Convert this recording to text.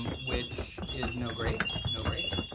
um which is no great, no great.